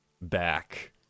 back